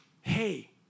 Hey